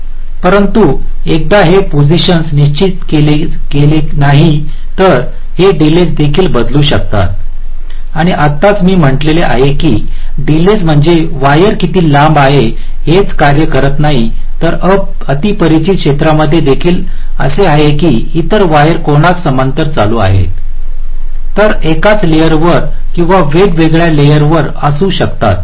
परंतु एकदा हे पोसिशन्स निश्चित केली गेली नाही तर हे डीलेस देखील बदलू शकतात आणि आत्ताच मी म्हटलेले आहे की डीलेस म्हणजे वायर किती लांब आहे हेच कार्य करत नाही तर अतिपरिचित क्षेत्रामध्ये देखील असे आहे की इतर वायर कोणास समांतर चालू आहेत ते एकाच लेअरवर किंवा वेगवेगळ्या लेअरवर असू शकतात